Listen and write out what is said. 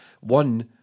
One